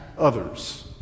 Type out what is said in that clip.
others